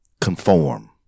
conform